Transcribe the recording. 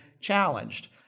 challenged